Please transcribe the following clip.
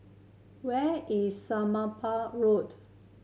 where is Somapah Road